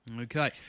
Okay